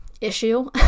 issue